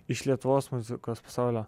iš lietuvos muzikos pasaulio